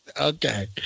Okay